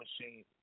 machine